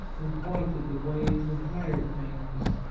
and pointed the way to higher things.